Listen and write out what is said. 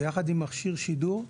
ביחד עם מכשיר שידור.